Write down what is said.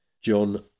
John